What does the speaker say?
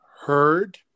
heard